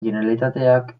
generalitateak